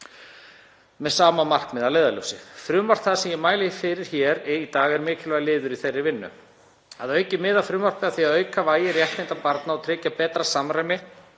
með sama markmið að leiðarljósi. Frumvarp það sem ég mæli fyrir hér í dag er mikilvægur liður í þeirri vinnu. Að auki miðar frumvarpið að því að auka vægi réttinda barna og tryggja betra samræmi